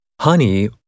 Honey